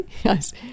Yes